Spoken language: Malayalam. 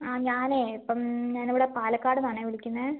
ആ ഞാൻ ഇപ്പം ഞാൻ ഇവിടെ പാലക്കാടിന്ന് ആണേ വിളിക്കുന്നത്